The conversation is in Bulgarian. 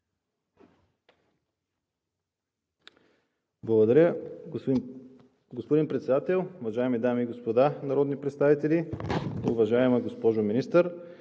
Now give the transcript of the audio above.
Благодаря Ви, господин Председател. Уважаеми дами и господа народни представители! Уважаема госпожо Министър,